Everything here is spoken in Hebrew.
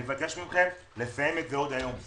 אני מבקש מכם לסיים את זה עוד היום.